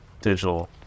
digital